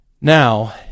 Now